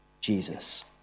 Jesus